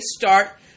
start